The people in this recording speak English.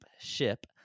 Ship